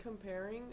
comparing